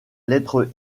lettre